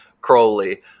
Crowley